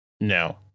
no